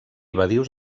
badius